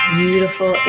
beautiful